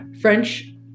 french